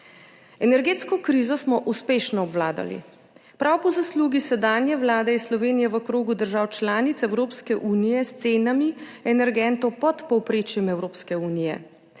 Energetsko krizo smo uspešno obvladali. Prav po zaslugi sedanje vlade je Slovenija v krogu držav članic Evropske unije s cenami energentov pod povprečjem Evropske unije.